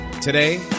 Today